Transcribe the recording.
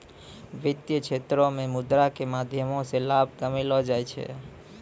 वित्तीय क्षेत्रो मे मुद्रा के माध्यमो से लाभ कमैलो जाय छै